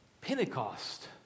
Pentecost